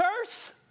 curse